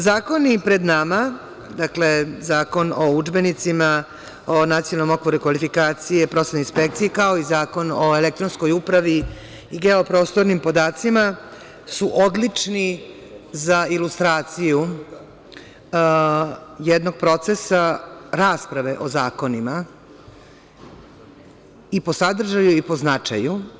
Zakoni pred nama, dakle, Zakon o udžbenicima, o Nacionalnom okviru kvalifikacija, prosvetnoj inspekciji, kao i Zakon o elektronskoj upravi i geoprostornim podacima su odlični za ilustraciju jednog procesa rasprave o zakonima i po sadržaju i po značaju.